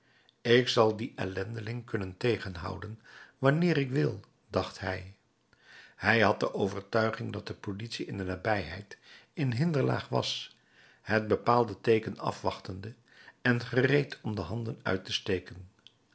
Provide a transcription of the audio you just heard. ik zal dien ellendeling kunnen tegenhouden wanneer ik wil dacht hij hij had de overtuiging dat de politie in de nabijheid in hinderlaag was het bepaalde teeken afwachtende en gereed om de handen uit te steken